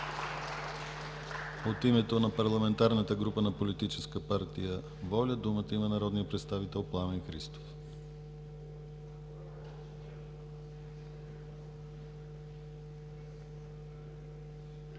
От името на парламентарната група на Политическа партия „Воля“ думата има народният представител Пламен Христов. ПЛАМЕН ХРИСТОВ